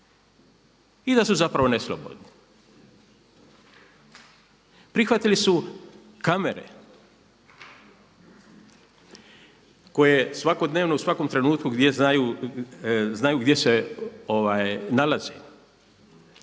i da su zapravo neslobodni. Prihvatili su kamere koje svakodnevno u svakom trenutku gdje znaju, znaju gdje se nalaze.